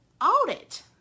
audit